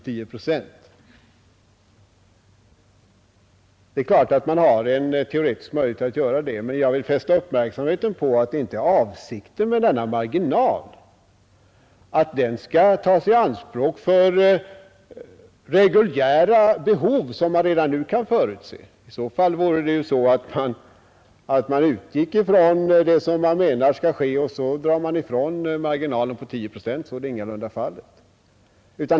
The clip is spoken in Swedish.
Det är klart att man har en teoretisk möjlighet att göra det, men jag vill fästa uppmärksamheten på att avsikten med denna marginal inte är att den skall tas i anspråk för reguljära behov som redan nu kan förutses. Det skulle innebära att man utgår från vad man menar skall göras och drar ifrån marginalen på 10 procent, och det är ingalunda fallet.